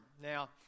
Now